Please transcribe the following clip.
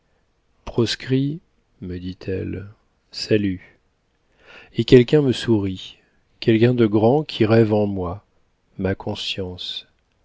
proscrit me dit-elle salut et quelqu'un me sourit quelqu'un de grand qui rêve en moi ma conscience